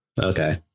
Okay